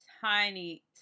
Tiny